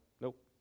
Nope